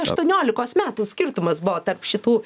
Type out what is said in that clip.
aštuoniolikos metų skirtumas buvo tarp šitų